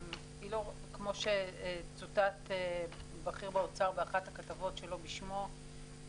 כמו שצוטט בכיר באוצר באחת הכתבות בשמו,